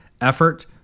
effort